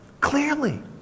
Clearly